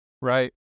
Right